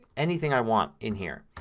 anything i want in here.